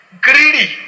greedy